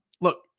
Look